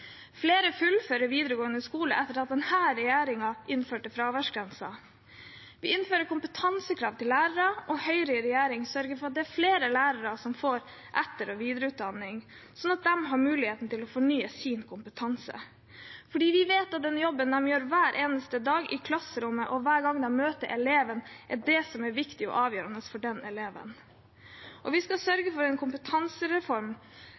Flere fullfører videregående skole etter at denne regjeringen innførte fraværsgrensen. Vi innfører kompetansekrav til lærere, og Høyre i regjering sørger for at det er flere lærere som får etter- og videreutdanning, slik at de har muligheten til å fornye sin kompetanse, fordi vi vet at den jobben de gjør hver eneste dag i klasserommet og hver gang de møter eleven, er det som er viktig og avgjørende for den eleven. Og vi skal